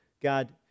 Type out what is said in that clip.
God